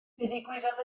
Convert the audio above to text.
ddigwyddodd